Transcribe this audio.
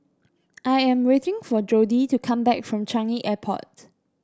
I am waiting for Jodie to come back from Changi Airport